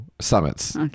summits